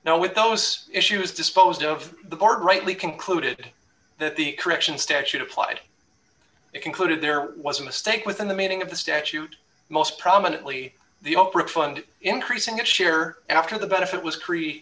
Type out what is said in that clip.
now with those issues disposed of the board rightly concluded that the correction statute applied and concluded there was a mistake within the meaning of the statute most prominently the oprah fund increasing its share after the benefit was c